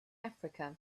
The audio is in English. africa